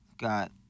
Got